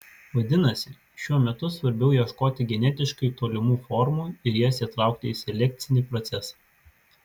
vadinasi šiuo metu svarbiau ieškoti genetiškai tolimų formų ir jas įtraukti į selekcinį procesą